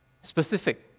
Specific